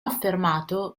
affermato